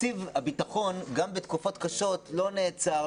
תקציב הביטחון גם בתקופות קשות לא נעצר,